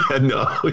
no